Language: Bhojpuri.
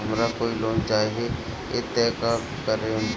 हमरा कोई लोन चाही त का करेम?